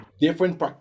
different